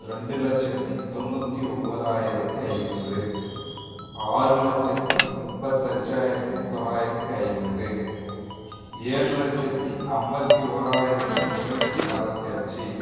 ரெண்டு லட்சத்து தொண்ணூற்றி ஒன்பதாயிரத்தி ஐந்நூறு ஆறு லட்சத்து முப்பத்தஞ்சாயிரத்து தொள்ளாயிரத்தி ஐம்பது ஏழு லட்சத்து ஐம்பத்தி ஓராயிரத்து முன்னூற்றி அறுவத்தி அஞ்சு